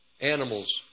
animals